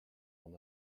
mon